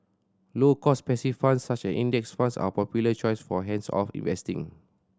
low cost passive funds such as Index Funds are a popular choice for hands off investing